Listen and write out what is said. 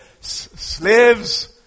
Slaves